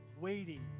waiting